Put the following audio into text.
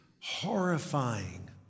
horrifying